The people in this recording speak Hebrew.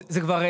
זה כבר,